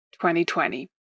2020